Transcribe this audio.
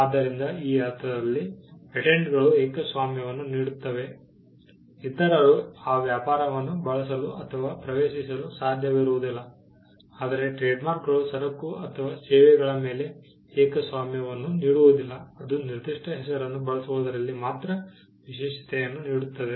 ಆದ್ದರಿಂದ ಆ ಅರ್ಥದಲ್ಲಿ ಪೇಟೆಂಟ್ಗಳು ಏಕಸ್ವಾಮ್ಯವನ್ನು ನೀಡುತ್ತವೆ ಇತರರು ಆ ವ್ಯಾಪಾರವನ್ನು ಬಳಸಲು ಅಥವಾ ಪ್ರವೇಶಿಸಲು ಸಾಧ್ಯವಿರುವುದಿಲ್ಲ ಆದರೆ ಟ್ರೇಡ್ಮಾರ್ಕ್ಗಳು ಸರಕು ಅಥವಾ ಸೇವೆಗಳ ಮೇಲೆ ಏಕಸ್ವಾಮ್ಯವನ್ನು ನೀಡುವುದಿಲ್ಲ ಅದು ನಿರ್ದಿಷ್ಟ ಹೆಸರನ್ನು ಬಳಸುವುದರಲ್ಲಿ ಮಾತ್ರ ವಿಶೇಷತೆಯನ್ನು ನೀಡುತ್ತದೆ